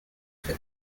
for